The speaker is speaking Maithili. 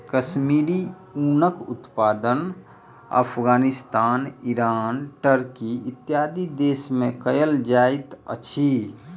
कश्मीरी ऊनक उत्पादन अफ़ग़ानिस्तान, ईरान, टर्की, इत्यादि देश में कयल जाइत अछि